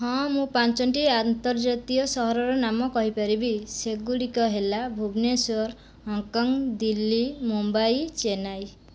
ହଁ ମୁଁ ପାଞ୍ଚଟି ଆନ୍ତର୍ଜାତୀୟ ସହରର ନାମ କହିପାରିବି ସେଗୁଡ଼ିକ ହେଲା ଭୁବନେଶ୍ୱର ହଂକଂ ଦିଲ୍ଲୀ ମୁମ୍ବାଇ ଚେନ୍ନାଇ